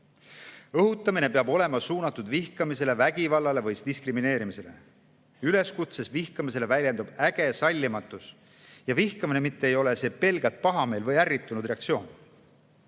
Õhutamine peab olema suunatud vihkamisele, vägivallale või diskrimineerimisele. Üleskutses vihkamisele väljendub äge sallimatus ja vihkamine, see ei ole pelgalt pahameel või ärritunud reaktsioon.